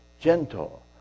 gentle